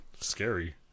Scary